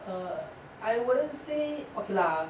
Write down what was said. err I wouldn't say okay lah